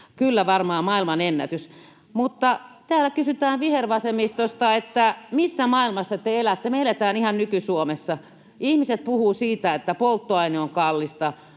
kyllä varmaan maailmanennätys. Mutta vihervasemmistosta kysytään täällä, että missä maailmassa te elätte. Me eletään ihan nyky-Suomessa. Ihmiset puhuvat siitä, että polttoaine on kallista,